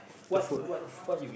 the food